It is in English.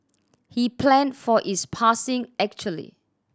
he planned for his passing actually